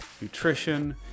nutrition